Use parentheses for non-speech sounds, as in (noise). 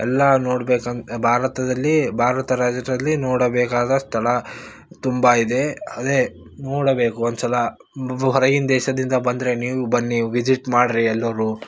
ಎಲ್ಲ ನೋಡಬೇಕಂತ ಭಾರತದಲ್ಲಿ ಭಾರತ ರಾಜ್ರಲ್ಲಿ ನೋಡಬೇಕಾದ ಸ್ಥಳ ತುಂಬ ಇದೆ ಅದೇ ನೋಡಬೇಕು ಒಂದು ಸಲ (unintelligible) ಹೊರಗಿನ ದೇಶದಿಂದ ಬಂದ್ರೆ ನೀವು ಬನ್ನಿ ವಿಸಿಟ್ ಮಾಡಿರಿ ಎಲ್ಲರೂ